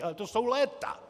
Ale to jsou léta!